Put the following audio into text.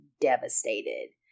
devastated